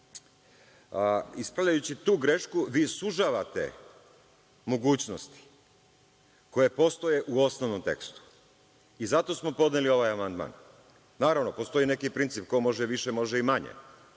Ispravljajući tu grešku vi sužavate mogućnosti koje postoje u osnovnom tekstu i zato smo podneli ovaj amandman. Naravno, postoji neki princip ko može više, može i manje,